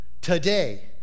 today